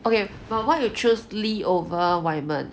okay but why you chose lee over waiman